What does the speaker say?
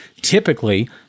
typically